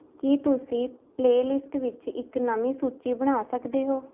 ਕੀ ਤੁਸੀਂ playlist ਵਿੱਚ ਇੱਕ ਨਵੀਂ ਸੂਚੀ ਬਣਾ ਸਕਦੇ ਹੋ